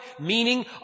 meaning